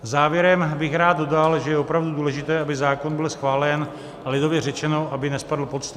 Závěrem bych rád dodal, že je opravdu důležité, aby zákon byl schválen, lidově řečeno, aby nespadl pod stůl.